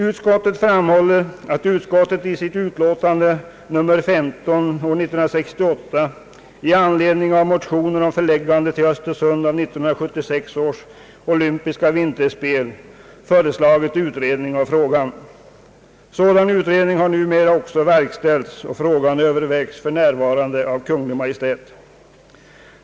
Utskottet framhåller att utskottet i sitt utlåtande nr 15 år 1968 i anledning av motioner om förläggande till Östersund av 1976 års olympiska vinterspel föreslagit utredning av frågan. Sådan utredning har numera också verkställts och frågan övervägs för närvarande av Kungl. Maj:t.